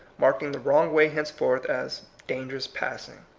marking the wrong way henceforth as dangerous passing.